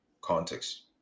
context